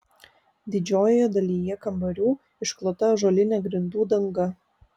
didžiojoje dalyje kambarių išklota ąžuolinė grindų danga